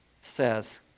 says